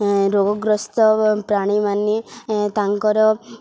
ରୋଗଗ୍ରସ୍ତ ପ୍ରାଣୀମାନେ ତାଙ୍କର